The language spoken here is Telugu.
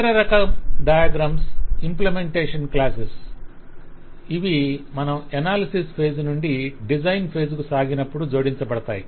ఇతర రకం డయాగ్రమ్స్ ఇంప్లీమెంటేషన్ క్లాసేస్ ఇవి మనం ఎనాలిసిస్ ఫేజ్ నుండి డిజైన్ ఫేజ్ కు సాగినపుడు జోడించబడతాయి